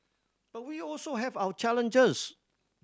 but we also have our challenges